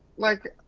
like,